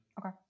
Okay